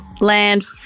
land